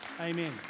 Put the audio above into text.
Amen